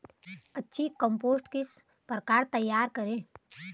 अच्छी कम्पोस्ट किस प्रकार तैयार करें?